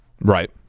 Right